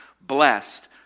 blessed